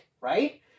right